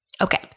Okay